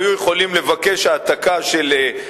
היו יכולים לבקש העתקה של,